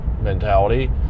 mentality